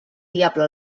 diable